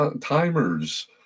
timers